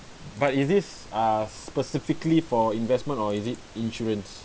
but is this uh specifically for investment or is it insurance